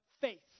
faith